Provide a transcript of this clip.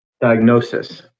diagnosis